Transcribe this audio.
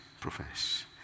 Profess